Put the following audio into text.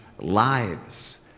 lives